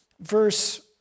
Verse